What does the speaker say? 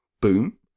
boom